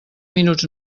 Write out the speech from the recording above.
minuts